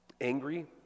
angry